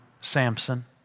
Samson